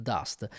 Dust